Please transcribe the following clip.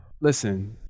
Listen